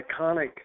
iconic